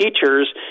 teachers